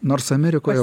nors amerikoje